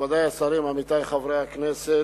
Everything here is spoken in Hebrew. מכובדי השרים, עמיתי חברי הכנסת,